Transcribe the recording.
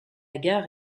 gare